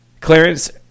Clarence